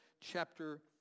chapter